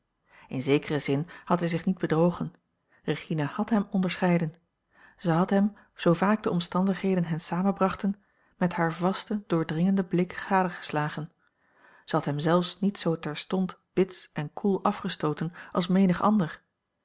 in zekeren zin had hij zich niet bedrogen regina had hem onderscheiden zij had hem zoo vaak de omstandigheden hen samenbrachten met haar vasten doordringenden blik gadegeslagen zij had hem zelfs niet zoo terstond bits en koel afgestooten als menig ander